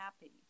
happy